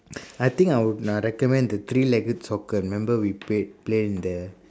I think I would uh recommend the three legged soccer remember we played played in the